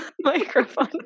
microphone